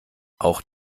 auch